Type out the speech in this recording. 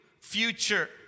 future